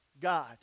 God